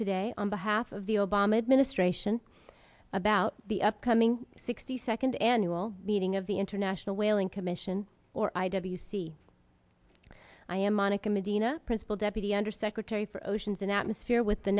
today on behalf of the obama administration about the upcoming sixty second annual meeting of the international whaling commission or i w c i am monica medina principal deputy undersecretary for oceans and atmosphere with the